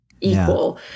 equal